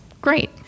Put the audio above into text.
Great